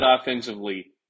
offensively